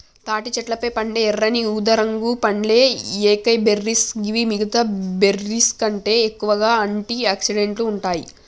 తాటి చెట్లపై పండే ఎర్రని ఊదారంగు పండ్లే ఏకైబెర్రీస్ గివి మిగితా బెర్రీస్కంటే ఎక్కువగా ఆంటి ఆక్సిడెంట్లు ఉంటాయి